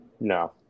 No